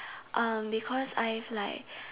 um because I've like